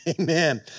Amen